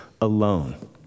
alone